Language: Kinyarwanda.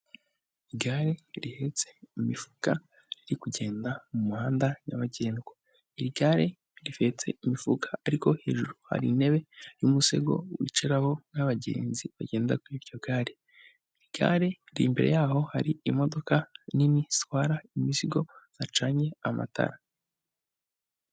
Igare rihetse imifuka riri kugenda mu muhanda nyabagendwa, iri gare rihetse imifuka ariko hejuru hari intebe y'umusego wiciraho nk'abagenzi bagenda kuri iryo gare, iri gare imbere yaho hari imodoka nini zitwara imizigo zacanye amatara.